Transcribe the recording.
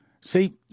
See